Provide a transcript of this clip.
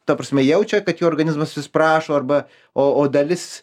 ta prasme jaučia kad jo organizmas vis prašo arba o o dalis